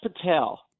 Patel